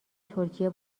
ترکیه